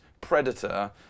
predator